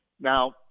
Now